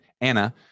Anna